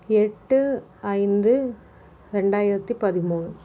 எட்டு ஐந்து ரெண்டாயிரத்தி பதிமூணு